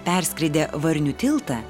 perskridę varnių tiltą